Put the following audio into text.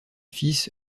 fils